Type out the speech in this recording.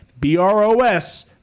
B-R-O-S